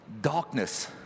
darkness